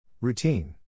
Routine